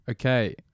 okay